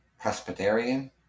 Presbyterian